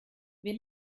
wir